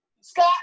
Scott